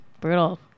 Brutal